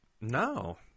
No